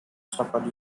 support